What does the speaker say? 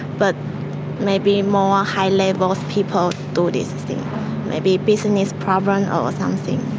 but maybe more high levels people do these maybe business problem or something.